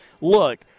Look